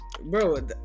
Bro